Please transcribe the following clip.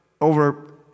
over